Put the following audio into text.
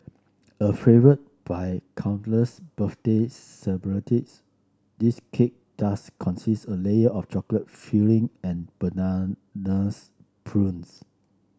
a favour by countless birthday celebrants this cake does consist a layer of chocolate filling and bananas purees